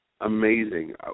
amazing